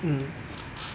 mm